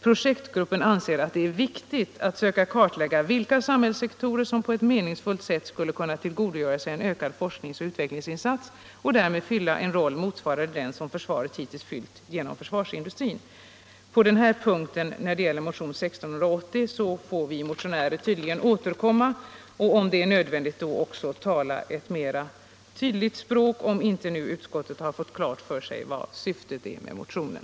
Projektgruppen anser att det är en viktig uppgift att söka kartlägga vilka samhällssektorer som på ett meningsfullt sätt skulle kunna tillgodogöra sig en ökad FoU-insats och därmed fylla en roll motsvarande den som försvaret hittills fyllt gentemot försvarsindustrin.” Vi motionärer får tydligen när det gäller den här punkten i motionen 47 1680 återkomma och om det är nödvändigt också tala ett mera tydligt språk — om inte utskottet nu fått klart för sig vad syftet är med motionen.